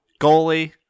goalie